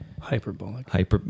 Hyperbolic